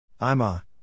Ima